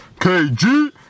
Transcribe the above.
KG